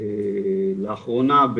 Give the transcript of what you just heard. לאחרונה,